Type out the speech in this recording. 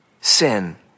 sin